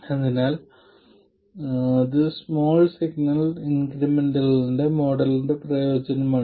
അതിനാൽ ഇത് small signal incremental മോഡലിന്റെ പ്രയോജനമാണ്